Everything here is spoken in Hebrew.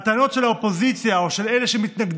הטענות של האופוזיציה או של אלה שמתנגדים